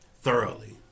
thoroughly